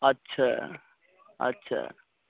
अच्छा अच्छा